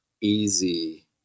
easy